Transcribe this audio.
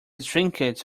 trinket